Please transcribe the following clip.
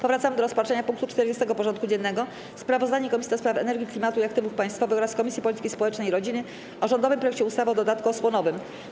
Powracamy do rozpatrzenia punktu 40. porządku dziennego: Sprawozdanie Komisji do Spraw Energii, Klimatu i Aktywów Państwowych oraz Komisji Polityki Społecznej i Rodziny o rządowym projekcie ustawy o dodatku osłonowym.